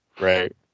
Right